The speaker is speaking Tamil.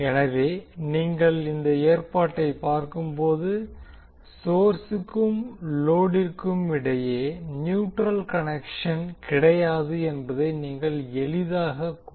எனவே நீங்கள் இந்த ஏற்பாட்டை பார்க்கும் போது சொர்ஸுக்கும் லோடிற்கும் இடையே நியூட்ரல் கனெக்க்ஷன் கிடையாது என்பதை நீங்கள் எளிதாக கூறலாம்